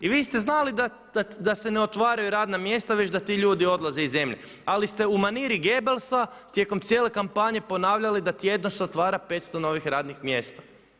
I vi ste znali da se ne otvaraju radna mjesta već da ti ljudi odlaze iz zemlje, ali ste u maniri Goebbelsa tijekom cijele kampanje ponavljali da se tjedno otvara 500 novih radnih mjesta.